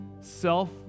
self